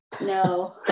no